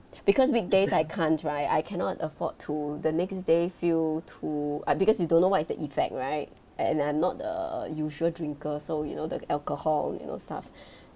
because weekdays I can't right I cannot afford to the next day feel too uh because you don't know what is the effect right and I'm not the usual drinker so you know the alcohol you know stuff